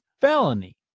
felony